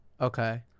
Okay